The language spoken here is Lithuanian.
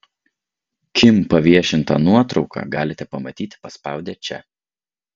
kim paviešintą nuotrauką galite pamatyti paspaudę čia